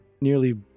nearly